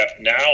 Now